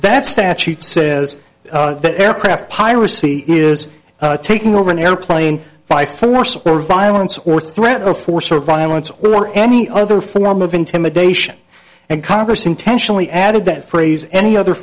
that statute says that aircraft piracy is taking over an airplane by force or violence or threat of force or violence or any other form of intimidation and congress intentionally added that phrase any other